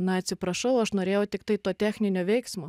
na atsiprašau aš norėjau tiktai to techninio veiksmo